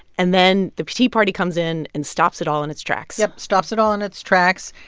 and then the tea party comes in and stops it all in its tracks yep, stops it all in its tracks.